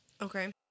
Okay